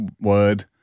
word